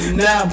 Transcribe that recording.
now